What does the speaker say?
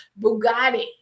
Bugatti